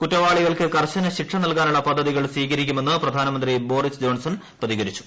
കുറ്റവാളികൾക്ക് കർശന ശിക്ഷ നൽകാനുള്ള പദ്ധതികൾ സ്വീകരിക്കുമെന്ന് പ്രധാനമന്ത്രി ബോറിസ് ജോൺസൺ പ്രതികരിച്ചു